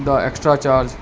the extra charge